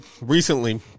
recently